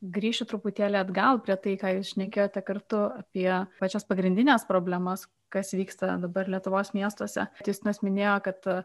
grįšiu truputėlį atgal prie tai ką jūs šnekėjote kartu apie pačias pagrindines problemas kas vyksta dabar lietuvos miestuose justinas minėjo kad